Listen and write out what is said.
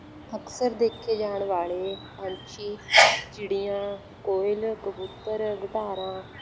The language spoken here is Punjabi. ਅਕਸਰ ਦੇਖੇ ਜਾਣ ਵਾਲੇ ਪੰਛੀ ਚਿੜੀਆਂ ਕੋਇਲ ਕਬੂਤਰ ਗਟਾਰਾਂ